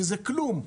שזה כלום,